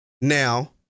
Now